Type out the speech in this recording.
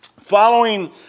Following